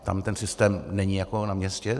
Tam ten systém není jako na městě.